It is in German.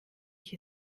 ich